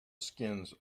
skins